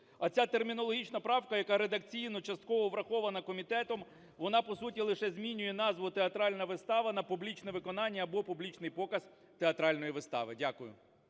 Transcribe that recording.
А ця термінологічна правка, яка редакційно частково врахована комітетом, вона по суті лише змінює назву "театральна вистава" на "публічне виконання" або "публічний показ театральної вистави". Дякую.